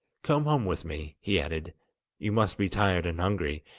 come home with me he added you must be tired and hungry,